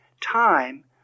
time